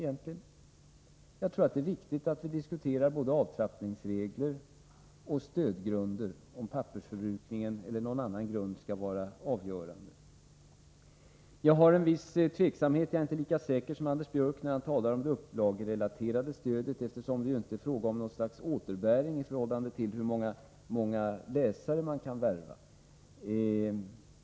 Det är viktigt att vi diskuterar både avtrappningsregler och stödgrunder — om pappersförbrukningen eller någon annan grund skall vara avgörande. Jag hyser en viss tveksamhet. Jag är inte lika säker som Anders Björck är när han talar om det upplagerelaterade stödet, eftersom det inte är fråga om något slags återbäring i förhållande till hur många läsare man kan värva.